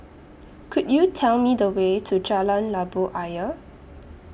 Could YOU Tell Me The Way to Jalan Labu Ayer